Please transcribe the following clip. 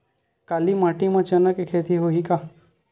काली माटी म चना के खेती होही का?